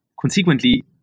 consequently